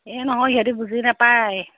এই নহয় সিহঁতি বুজি নাপায়